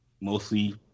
mostly